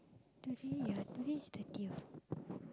today ya today is thirty what